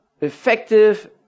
effective